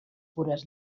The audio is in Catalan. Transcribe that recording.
pures